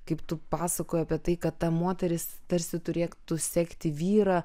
kaip tu pasakoji apie tai kad ta moteris tarsi turėtų sekti vyrą